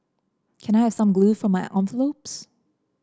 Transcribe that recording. can I have some glue for my envelopes